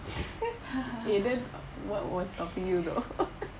okay then what was stopping you thought